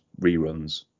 reruns